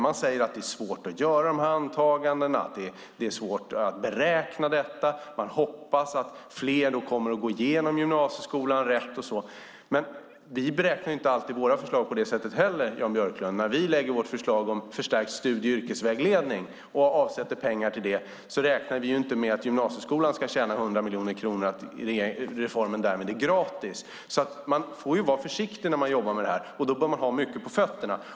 Man säger att det är svårt att göra dessa antaganden. Det är svårt att beräkna detta. Man hoppas att fler kommer att gå igenom gymnasieskolan på rätt sätt. Vi beräknar inte heller alltid våra förslag på det sättet. När vi lägger fram vårt förslag om förstärkt studie och yrkesvägledning och avsätter pengar till det räknar vi inte med att gymnasieskolan ska tjäna 100 miljoner kronor och att reformen därmed är gratis, Jan Björklund. Man får vara försiktigt när man jobbar med detta. Man bör ha mycket på fötterna.